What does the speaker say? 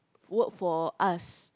work for us